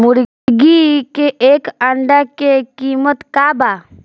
मुर्गी के एक अंडा के कीमत का बा?